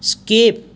skip